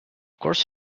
course